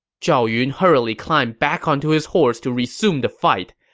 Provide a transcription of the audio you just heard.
zhao yun hurriedly climbed back onto his horse to resume the fight.